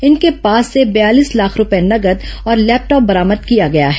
इनके पास से बयालीस लाख रूपये नगद और लैपटॉप बरामद किया गया है